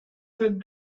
said